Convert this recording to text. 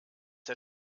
der